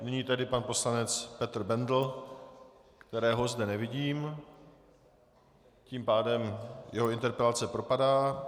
Nyní tedy pan poslanec Petr Bendl kterého zde nevidím, tím pádem jeho interpelace propadá.